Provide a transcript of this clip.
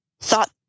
thought